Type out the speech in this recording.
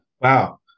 Wow